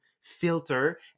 filter